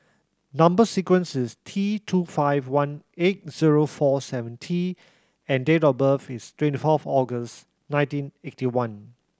number sequence is T two five one eight zero four seven T and date of birth is twenty four for August nineteen eighty one